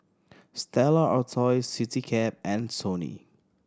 Stella Artois Citycab and Sony